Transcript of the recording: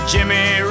Jimmy